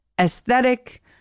aesthetic